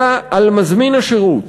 אלא על מזמין השירות.